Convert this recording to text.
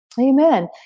Amen